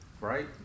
Right